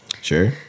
Sure